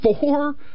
four